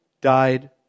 died